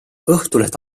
õhtuleht